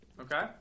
Okay